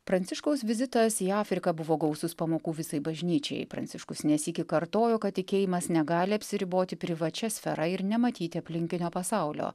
pranciškaus vizitas į afriką buvo gausūs pamokų visai bažnyčiai pranciškus ne sykį kartojo kad tikėjimas negali apsiriboti privačia sfera ir nematyti aplinkinio pasaulio